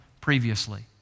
previously